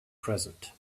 present